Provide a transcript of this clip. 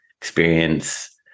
experience